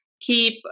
keep